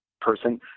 person